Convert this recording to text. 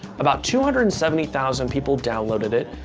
about two hundred and seventy thousand people downloaded it,